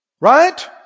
Right